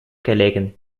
gelegen